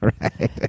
right